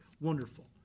Wonderful